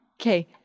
Okay